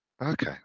Okay